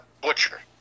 butcher